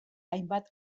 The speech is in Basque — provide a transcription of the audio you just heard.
hainbat